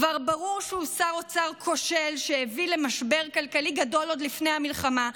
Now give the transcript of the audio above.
כבר ברור שהוא שר אוצר כושל שהביא למשבר כלכלי גדול עוד לפני המלחמה,